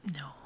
No